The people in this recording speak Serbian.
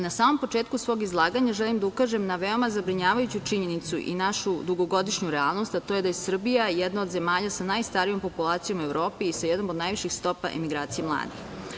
Na samom početku svog izlaganja, želim da ukažem na veoma zabrinjavajuću činjenicu i našu dugogodišnju realnost, a to je da je Srbija jedna od zemalja sa najstarijom populacijom u Evropi i sa jednom od najviših stopa emigracije mladih.